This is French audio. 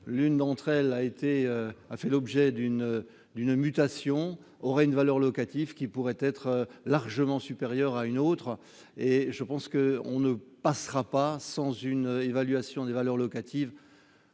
l'une d'entre elles a été a fait l'objet d'une d'une mutation aurait une valeur locative qui pourrait être largement supérieur à une autre et je pense que on ne passera pas sans une évaluation des valeurs locatives